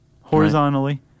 horizontally